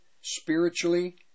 spiritually